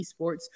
esports